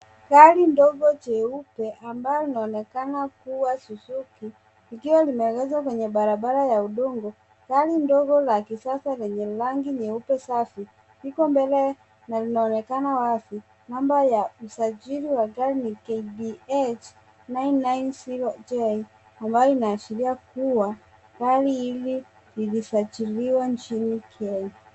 Gari dogo jeupe ambalo linaonekana kuwa suzuki likiwa limeegeshwa kwenye barabara ya udongo. Gari dogo la kisasa lenye rangi nyeupe safi liko mbele na linaonekana wazi. Namba ya usajili wa gari ni KDH 990J ambayo inaashiria kuwa gari hili lilisajiliwa nchini Kenya.